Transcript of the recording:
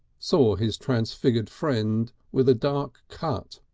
saw his transfigured friend with a dark cut,